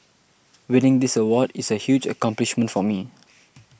winning this award is a huge accomplishment for me